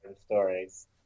stories